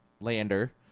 lander